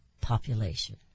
population